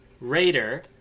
Raider